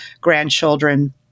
grandchildren